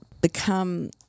become